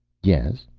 yes?